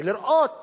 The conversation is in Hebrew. ולראות